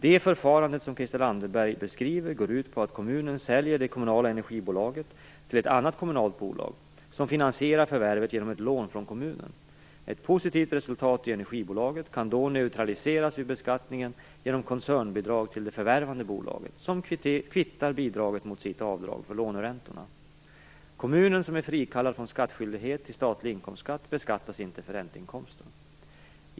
Det förfarande som Christel Anderberg beskriver går ut på att kommunen säljer det kommunala energibolaget till ett annat kommunalt bolag som finansierar förvärvet genom ett lån från kommunen. Ett positivt resultat i energibolaget kan då neutraliseras vid beskattningen genom koncernbidrag till det förvärvande bolaget, som kvittar bidraget mot sitt avdrag för låneräntorna. Kommunen, som är frikallad från skattskyldighet till statlig inkomstskatt, beskattas inte för ränteinkomsten.